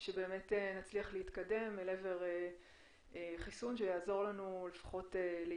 מאוד שבאמת נצליח להתקדם אל עבר חיסון שיעזור לנו להתגבר,